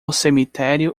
cemitério